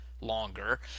longer